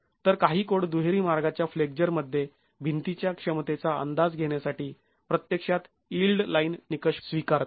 तर काही कोड दुहेरी मार्गाच्या फ्लेक्झर मध्ये भिंतीच्या क्षमतेचा अंदाज घेण्यासाठी प्रत्यक्षात यिल्ड लाईन निकष स्वीकारतात